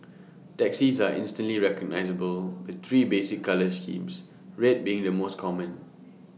taxis are instantly recognisable with three basic colour schemes red being the most common